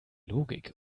logik